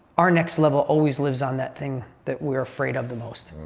our next level always lives on that thing that we're afraid of the most.